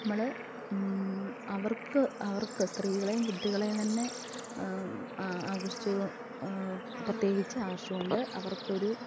നമ്മൾ അവർക്ക് അവർക്ക് സ്ത്രീകളേയും കുട്ടികളേയും തന്നെ ആകർഷിച്ച് പ്രത്യേകിച്ച് ആകർഷിച്ചുകൊണ്ട് അവർക്കൊരു